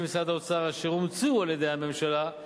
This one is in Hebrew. משרד האוצר אשר אומצו על-ידי הממשלה,